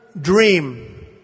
dream